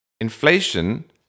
Inflation